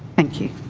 thank you!